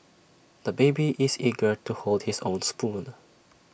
the baby is eager to hold his own spoon